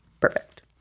perfect